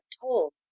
told